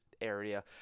area